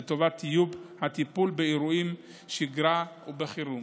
לטובת טיוב הטיפול באירועים בשגרה ובחירום.